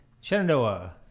Shenandoah